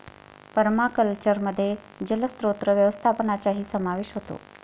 पर्माकल्चरमध्ये जलस्रोत व्यवस्थापनाचाही समावेश होतो